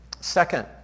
Second